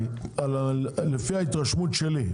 לפי ההתרשמות שלי,